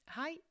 Hi